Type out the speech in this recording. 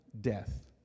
death